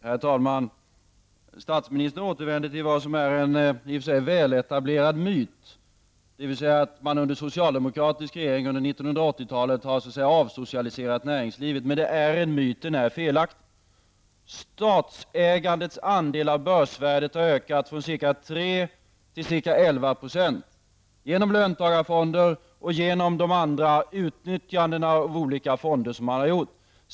Herr talman! Statsministern återvänder till vad som i och för sig är en väletablerad myt, nämligen att man under socialdemokratiska regeringar under 1980-talet har avsocialiserat näringlivet. Men det är en myt, och den är felaktig. Statsägandets andel av börsvärdet har ökat från ca 3 till ca 11 %, genom löntagarfonder och genom de andra utnyttjandena av olika fonder som har gjorts.